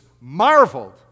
marveled